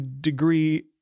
degree